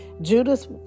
Judas